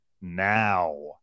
now